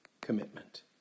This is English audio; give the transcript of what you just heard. commitment